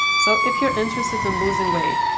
so, if your interested in losing weight,